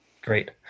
Great